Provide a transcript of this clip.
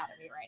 right